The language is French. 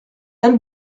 elle